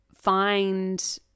find